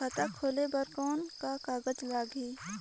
खाता खोले बर कौन का कागज लगही?